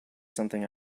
something